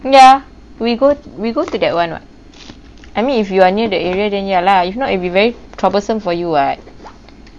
ya we go we go to that one [what] I mean if you are near the area then ya lah if not it'll be very troublesome for you [what]